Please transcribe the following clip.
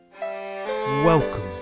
Welcome